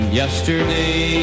Yesterday